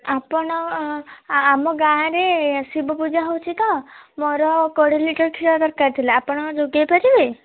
ଆପଣ ଆମ ଗାଁ'ରେ ଶିବ ପୂଜା ହେଉଛି ତ ମୋର କୋଡ଼ିଏ ଲିଟର୍ କ୍ଷୀର ଦରକାର ଥିଲା ଆପଣ ଯୋଗେଇ ପାରିବେ